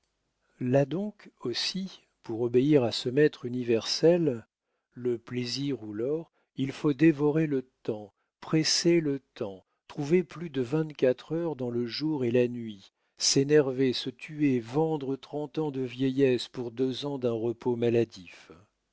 là donc aussi pour obéir à ce maître universel le plaisir ou l'or il faut dévorer le temps presser le temps trouver plus de vingt-quatre heures dans le jour et la nuit s'énerver se tuer vendre trente ans de vieillesse pour deux ans d'un repos maladif